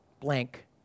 blank